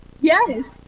Yes